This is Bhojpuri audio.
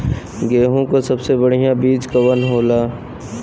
गेहूँक सबसे बढ़िया बिज कवन होला?